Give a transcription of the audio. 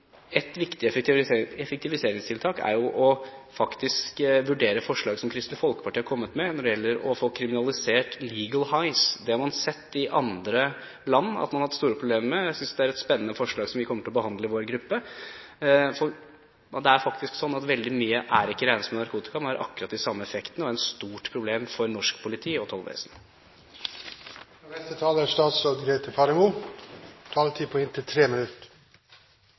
Et viktig effektiviseringstiltak er faktisk å vurdere forslag som Kristelig Folkeparti har kommet med når det gjelder å få kriminalisert «legal highs». Det har man sett i andre land at man har hatt store problemer med. Jeg synes det er et spennende forslag som vi kommer til å behandle i vår gruppe. Men det er faktisk sånn at veldig mye ikke er regnet som narkotika, men har akkurat de samme effektene, og er et stort problem for norsk politi og tollvesen. Jeg vil også takke for en god debatt. En idédugnad er viktig, spesielt på